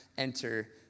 Enter